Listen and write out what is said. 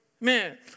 man